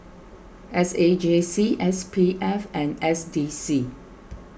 S A J C S P F and S D C